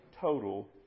total